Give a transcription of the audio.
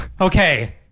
okay